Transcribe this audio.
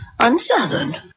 unsouthern